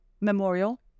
Memorial